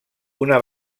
una